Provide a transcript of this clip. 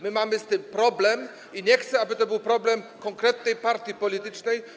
My mamy z tym problem i nie chcę, aby to był problem konkretnej partii politycznej.